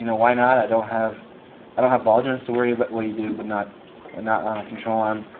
you know why not? i don't have i don't have ball joints to worry about. well, you do, but not and not on a control arm.